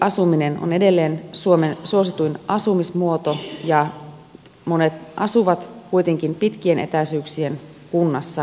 omakotiasuminen on edelleen suomen suosituin asumismuoto ja monet asuvat kuitenkin pitkien etäisyyksien kunnissa